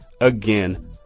again